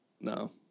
no